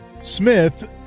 Smith